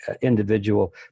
individual